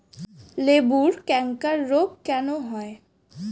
লেবুর ক্যাংকার রোগ কেন হয়?